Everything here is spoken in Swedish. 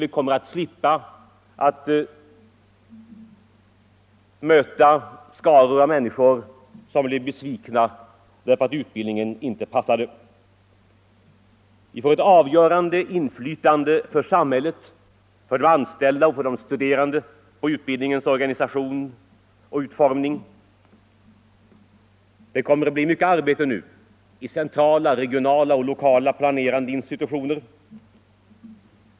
Vi hoppas att slippa att möta skaror av människor som blivit besvikna därför att utbildningen inte passade. Det blir ett avgörande inflytande — för samhället, för de anställda och för de studerande — på utbildningens organisation och utformning. Det kommer nu att bli mycket arbete i centrala, regionala och lokala planerande institutioner.